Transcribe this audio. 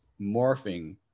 morphing